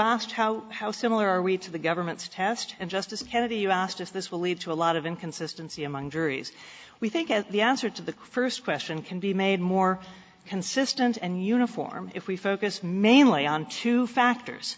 asked how how similar are we to the government's test and justice kennedy you asked if this will lead to a lot of inconsistency among juries we think at the answer to the first question can be made more consistent and uniform if we focus mainly on two factors